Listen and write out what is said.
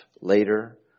later